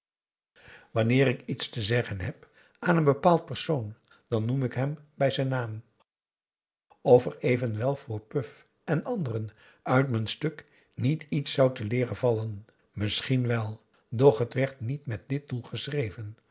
wanneer ik iets te zeggen heb aan n bepaald persoon dan noem ik hem bij z'n naam of er evenwel voor puf en anderen uit m'n stuk niet iets zou te leeren vallen misschien wel doch t werd niet met dit doel geschreven